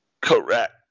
Correct